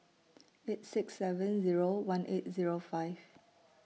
eight six seven Zero one eight Zero five